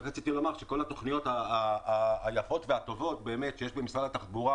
רק רציתי לומר שכל התוכניות היפות והטובות שיש במשרד התחבורה